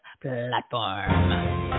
Platform